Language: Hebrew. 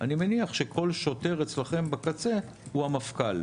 אני מניח שכל שוטר אצלכם בקצה הוא המפכ"ל.